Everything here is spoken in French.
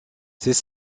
c’est